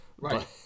right